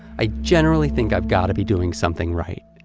i generally think i've gotta be doing something right.